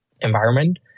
environment